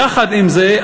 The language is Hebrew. יחד עם זאת,